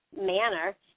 manner